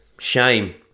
Shame